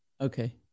okay